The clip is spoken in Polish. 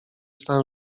stan